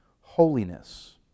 holiness